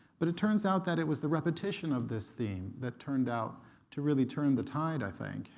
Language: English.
but it turns out that it was the repetition of this theme that turned out to really turn the tide, i think.